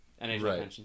Right